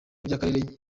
by’akarere